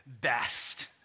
best